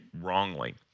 wrongly